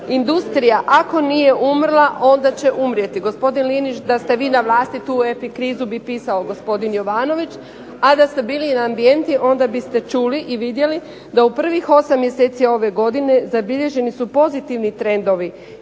"Industrija ako nije umrla onda će umrijeti." Gospodin Linić da ste vi na vlasti tu krizu bi pisao gospodin Jovanović, a da ste bili i na AMBIENTI onda biste čuli i vidjeli da u prvih 8 mjeseci ove godine zabilježeni su pozitivni trendovi.